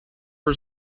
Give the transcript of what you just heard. her